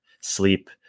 sleep